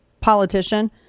Politician